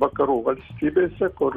vakarų valstybėse kur